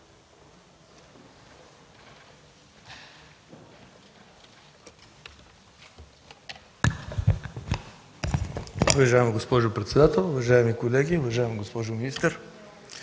Уважаема госпожо председател, уважаеми колеги. Уважаема госпожо министър,